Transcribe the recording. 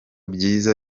byiza